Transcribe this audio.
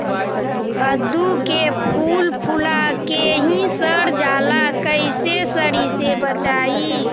कददु के फूल फुला के ही सर जाला कइसे सरी से बचाई?